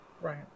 Right